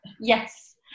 Yes